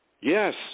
Yes